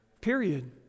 period